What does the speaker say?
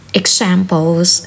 examples